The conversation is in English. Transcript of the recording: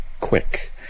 quick